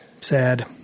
Sad